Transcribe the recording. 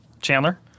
Chandler